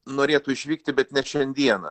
norėtų išvykti bet ne šiandieną